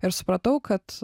ir supratau kad